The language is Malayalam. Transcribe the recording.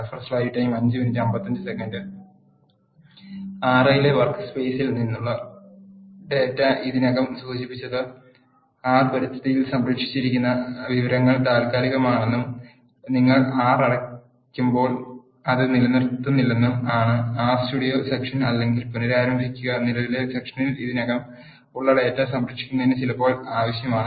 ആർ ഐയിലെ വർക്ക് സ് പെയ് സിൽ നിന്നുള്ള ഡാറ്റ ഇതിനകം സൂചിപ്പിച്ചത് ആർ പരിതസ്ഥിതിയിൽ സംരക്ഷിച്ചിരിക്കുന്ന വിവരങ്ങൾ താൽക്കാലികമാണെന്നും നിങ്ങൾ ആർ അടയ്ക്കുമ്പോൾ അത് നിലനിർത്തുന്നില്ലെന്നും ആണ് ആർ സ്റ്റുഡിയോ സെഷൻ അല്ലെങ്കിൽ പുനരാരംഭിക്കുക നിലവിലെ സെഷനിൽ ഇതിനകം ഉള്ള ഡാറ്റ സംരക്ഷിക്കുന്നതിന് ചിലപ്പോൾ ആവശ്യമാണ്